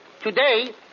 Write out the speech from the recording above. Today